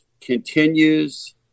continues